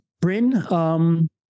Bryn